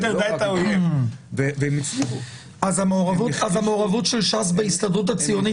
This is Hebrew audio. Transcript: אז המעורבות של ש"ס בהסתדרות הציונית